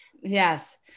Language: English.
yes